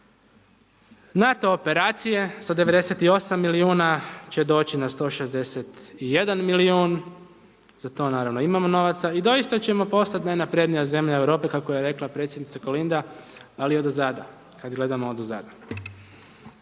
NATO operacije sa 98 milijuna će doći na 161 milijun, za to naravno imamo novaca i doista ćemo postati najnaprednija zemlja u Europi kako je rekla predsjednica Kolinda ali odozada, kada gledamo odozada.